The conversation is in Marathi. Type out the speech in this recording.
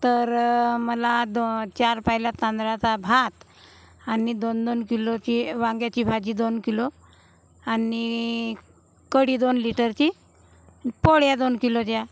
तर मला दो चार पायल्या तांदळाचा भात आणि दोन दोन किलोची वांग्याची भाजी दोन किलो आणि कढी दोन लिटरची न पोळ्या दोन किलोच्या